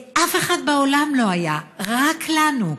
לאף אחד בעולם לא היה, רק לנו.